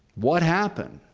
what happened?